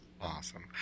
Awesome